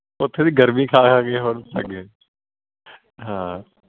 ਓਥੇ ਦੀ ਗਰਮੀ ਖਾ ਖਾ ਕੇ ਹੁਣ ਥੱਕ ਗਏ ਹਾਂ